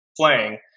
playing